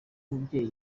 umubyeyi